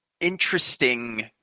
interesting